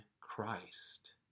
Christ